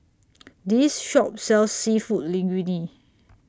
This Shop sells Seafood Linguine